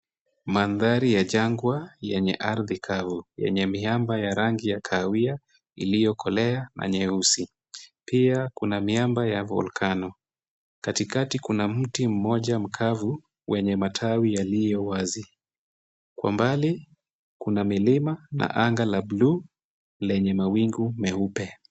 Mandhari ya jangwa yenye ardhi kavu. Yenye miamba ya rangi ya kahawia, iliyokolea na nyeusi. Pia kuna miamba ya volcano .Katikati kuna mti mmoja mkavu wenye matawi yalio wazi. Kwa mbali kuna milima na anga la blue lenye mawingu meupe.